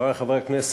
חברי חברי הכנסת,